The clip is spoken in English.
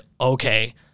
okay